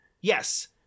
Yes